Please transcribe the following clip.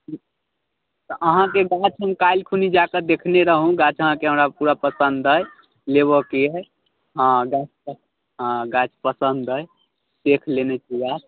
अहाँकेँ गाछ हम काल्हि खुनी जाके देखने रहौ गाछ अहाँकेँ हमरा पूरा पसंद अइ लेबऽ के हय हँ गाछ सब हँ गाछ पसंद अइ देख लेब पूरा